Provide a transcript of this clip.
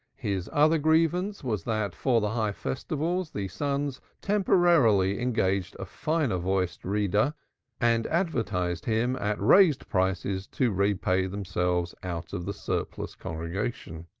his other grievance was that for the high festivals the sons temporarily engaged a finer voiced reader and advertised him at raised prices to repay themselves out of the surplus congregation.